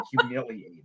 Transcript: humiliated